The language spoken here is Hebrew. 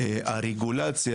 ראשית, רגולציה.